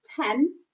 ten